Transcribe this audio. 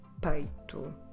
peito